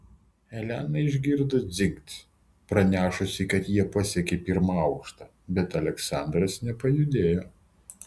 elena išgirdo dzingt pranešusį kad jie pasiekė pirmą aukštą bet aleksandras nepajudėjo